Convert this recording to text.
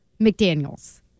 McDaniels